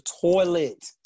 toilet